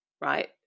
right